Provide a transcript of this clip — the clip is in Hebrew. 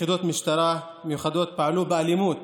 שבהם יחידות משטרה מיוחדות פעלו באלימות